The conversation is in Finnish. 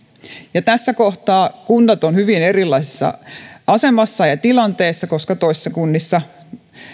ja tässä kohtaa kunnat ovat hyvin erilaisessa asemassa ja tilanteessa koska eri kunnissa